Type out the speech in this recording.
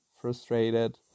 frustrated